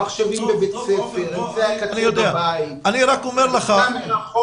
המחשבים בבית הספר, הלמידה מרחוק.